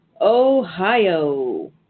Ohio